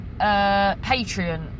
Patreon